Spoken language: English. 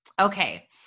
Okay